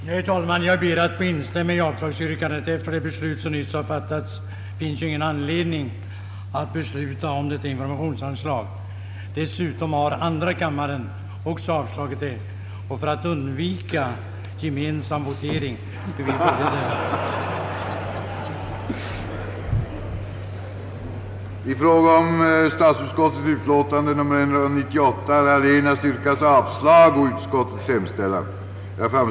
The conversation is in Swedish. Herr talman! Jag ber att få instämma i avslagsyrkandet. Efter det beslut som kammaren nyss fattat finns det ingen anledning att besluta om anslag. Dessutom har andra kammaren beslutat om avslag, och gemensam votering bör undvikas. i vårt land införa ett institut, som gjorde enskild äganderätt till lägenheter i flerfamiljsfastighet möjlig.